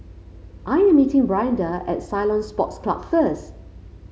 I am meeting Brianda at Ceylon Sports Club first